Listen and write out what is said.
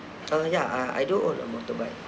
uh ya I I do own a motorbike